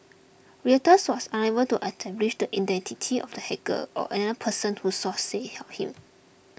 Reuters was unable to establish the identity of the hacker or another person who sources helped him